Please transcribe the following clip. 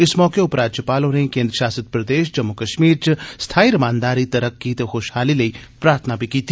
इस मौके उपराज्यपाल होरें केन्द्र शासित प्रदेश जम्मू कश्मीर च स्थाई रमानदारी तरक्की ते खुशहाली लेई प्रार्थना बी कीती